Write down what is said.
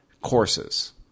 courses